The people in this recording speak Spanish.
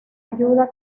ayuda